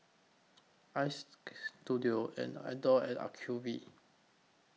Istudio Adore and Acuvue